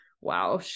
wow